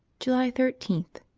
july thirteenth.